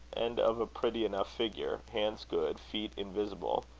and of a pretty enough figure hands good feet invisible.